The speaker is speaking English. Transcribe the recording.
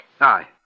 Aye